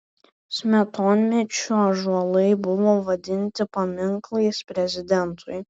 smetonmečiu ąžuolai buvo vadinti paminklais prezidentui